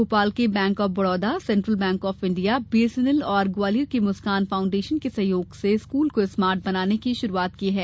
भोपाल के bank of Baroda central bank of India BSNL और ग्वालियर की मुस्कान फाउन्डेशन के सहयोग से स्कूल को स्मार्ट बनाने की शुरूआत की है